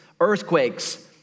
earthquakes